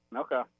Okay